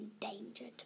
endangered